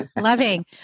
Loving